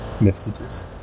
messages